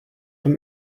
von